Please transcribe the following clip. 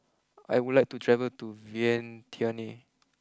I would like to travel to Vientiane